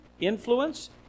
influence